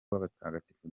w’abatagatifu